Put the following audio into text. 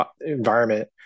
environment